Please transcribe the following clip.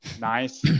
Nice